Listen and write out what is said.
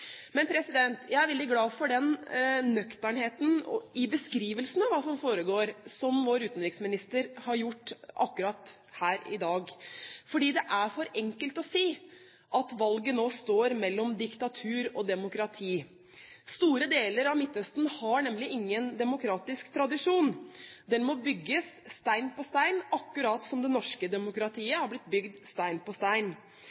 Men jeg er veldig glad for nøkternheten i beskrivelsen av hva som foregår, som vår utenriksminister har hatt her i dag, for det er for enkelt å si at valget nå står mellom diktatur og demokrati. Store deler av Midtøsten har nemlig ingen demokratisk tradisjon. Den må bygges stein på stein, akkurat som det norske